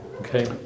Okay